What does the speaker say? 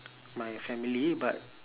my family but